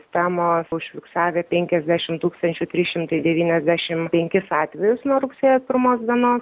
sistemos užfiksavę penkiasdešim tūkstančių trys šimtai devyniasdešim penkis atvejus nuo rugsėjo pirmos dienos